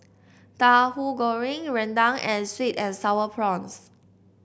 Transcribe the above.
Tauhu Goreng rendang and sweet and sour prawns